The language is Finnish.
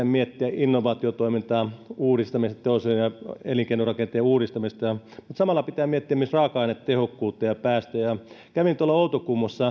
miettiä innovaatiotoiminnan uudistamista teollisuuden ja elinkeinorakenteen uudistamista mutta samalla pitää miettiä myös raaka ainetehokkuutta ja päästöjä kävin tuolla outokummun